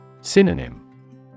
Synonym